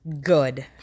good